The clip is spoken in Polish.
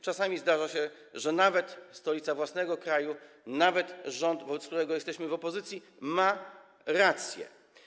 Czasami zdarza się, że nawet stolica własnego kraju, nawet rząd, wobec którego jesteśmy w opozycji, ma rację.